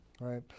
Right